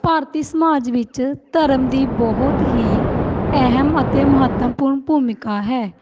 ਭਾਰਤੀ ਸਮਾਜ ਵਿੱਚ ਧਰਮ ਦੀ ਬਹੁਤ ਹੀ ਅਹਿਮ ਅਤੇ ਮਹੱਤਵਪੂਰਨ ਭੂਮਿਕਾ ਹੈ